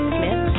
Smith